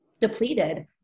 depleted